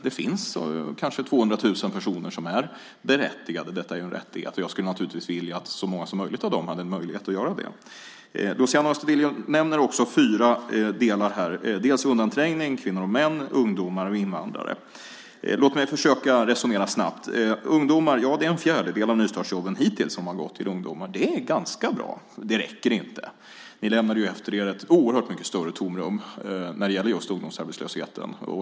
Det finns kanske 200 000 personer som är berättigade - detta är en rättighet - och jag skulle naturligtvis vilja att så många som möjligt av dem hade möjlighet att få det. Luciano Astudillo nämner fyra delar, och det är dels undanträngning, dels kvinnor och män, dels ungdomar och dels invandrare. Låt mig försöka resonera snabbt. Ungdomar: En fjärdedel av nystartsjobben har hittills gått till ungdomar. Det är ganska bra, men det räcker inte. Ni lämnade efter er ett oerhört mycket större tomrum när det gällde just ungdomsarbetslösheten.